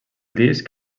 disc